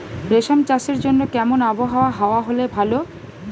রেশম চাষের জন্য কেমন আবহাওয়া হাওয়া হলে ভালো?